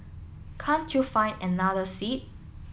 can't you find another seat